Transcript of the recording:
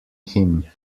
him